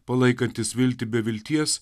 palaikantis viltį be vilties